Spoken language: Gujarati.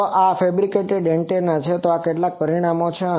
તો આ ફેબ્રિકેટેડ એન્ટેના છે આ કેટલાક પરિણામો છે